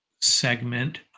segment